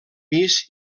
pis